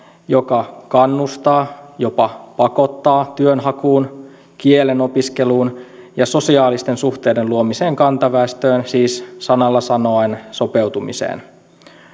joka kannustaa jopa pakottaa työnhakuun kielen opiskeluun ja sosiaalisten suhteiden luomiseen kantaväestöön siis sanalla sanoen sopeutumiseen